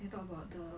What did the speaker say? then talk about the